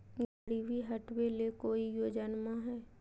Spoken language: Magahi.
गरीबी हटबे ले कोई योजनामा हय?